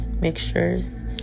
Mixtures